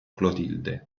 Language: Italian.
clotilde